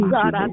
God